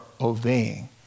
obeying